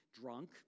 drunk